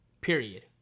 Period